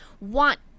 want